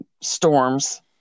storms